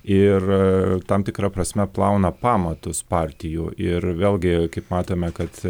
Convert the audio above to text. ir tam tikra prasme plauna pamatus partijų ir vėlgi kaip matome kad